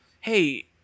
hey